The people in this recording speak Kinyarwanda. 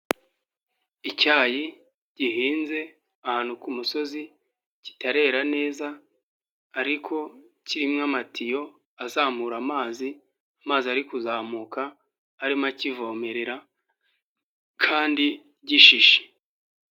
Icyayi gihinze ahantu ku musozi, kitarera neza ariko kirimo amatiyo, azamura amazi, amazi ari kuzamuka, arimo akivomerera kandi gishishe.